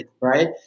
right